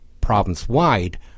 province-wide